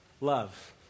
love